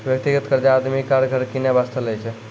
व्यक्तिगत कर्जा आदमी कार, घर किनै बासतें लै छै